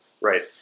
Right